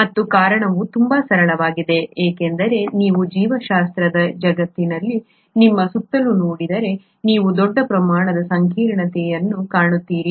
ಮತ್ತು ಕಾರಣವು ತುಂಬಾ ಸರಳವಾಗಿದೆ ಏಕೆಂದರೆ ನೀವು ಜೀವಶಾಸ್ತ್ರದ ಈ ಜಗತ್ತಿನಲ್ಲಿ ನಿಮ್ಮ ಸುತ್ತಲೂ ನೋಡಿದರೆ ನೀವು ದೊಡ್ಡ ಪ್ರಮಾಣದ ಸಂಕೀರ್ಣತೆಯನ್ನು ಕಾಣುತ್ತೀರಿ